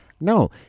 No